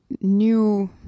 new